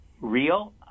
real